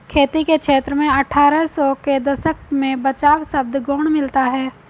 खेती के क्षेत्र में अट्ठारह सौ के दशक में बचाव शब्द गौण मिलता है